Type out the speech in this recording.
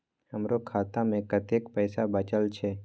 हमरो खाता में कतेक पैसा बचल छे?